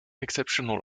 exceptional